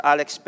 Alex